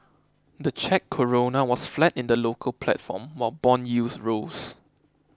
the Czech Koruna was flat in the local platform while bond yields rose